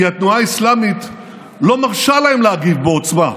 כי התנועה האסלאמית לא מרשה להם להגיב בעוצמה,